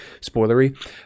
spoilery